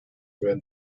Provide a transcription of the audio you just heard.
around